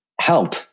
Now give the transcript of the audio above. help